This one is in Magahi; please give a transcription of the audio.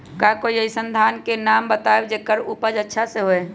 का कोई अइसन धान के नाम बताएब जेकर उपज अच्छा से होय?